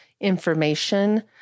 information